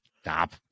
stop